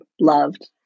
loved